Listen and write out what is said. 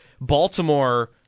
Baltimore